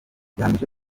yahamije